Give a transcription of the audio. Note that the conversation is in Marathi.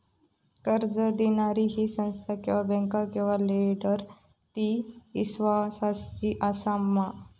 कर्ज दिणारी ही संस्था किवा बँक किवा लेंडर ती इस्वासाची आसा मा?